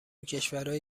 کشورای